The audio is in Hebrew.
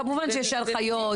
כמובן שיש הנחיות,